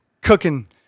cooking